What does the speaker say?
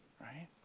right